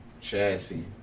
Chassis